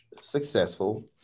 successful